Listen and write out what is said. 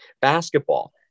basketball